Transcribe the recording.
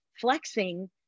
flexing